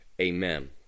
amen